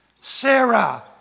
Sarah